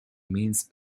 means